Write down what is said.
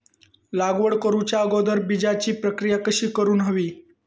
लागवड करूच्या अगोदर बिजाची प्रकिया कशी करून हवी?